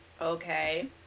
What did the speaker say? Okay